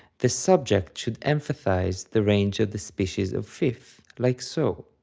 the subject should emphasize the range of the species of fifth, like so.